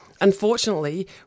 Unfortunately